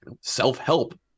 self-help